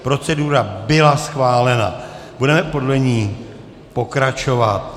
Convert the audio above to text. Procedura byla schválena, budeme podle ní pokračovat.